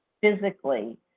physically